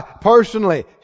personally